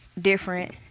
different